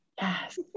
Yes